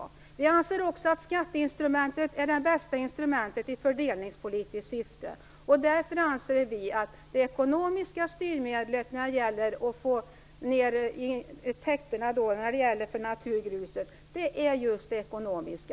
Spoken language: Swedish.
Men jag anser också att skatteinstrumentet är det bästa instrumentet i fördelningspolitiskt syfte. Därför anser vi att det bästa styrmedlet för att komma till rätta med effekterna när det gäller naturgruset är just det ekonomiska.